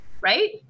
right